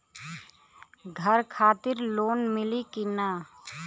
घर खातिर लोन मिली कि ना?